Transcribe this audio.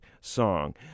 song